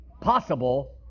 possible